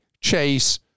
Chase